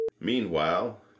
Meanwhile